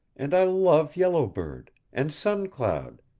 and i love yellow bird. and sun cloud.